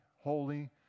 holy